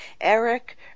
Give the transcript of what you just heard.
Eric